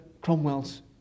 Cromwell's